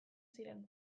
ziren